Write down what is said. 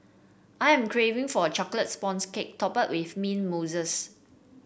I am craving for a chocolate sponges cake topped with mint mousse